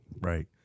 Right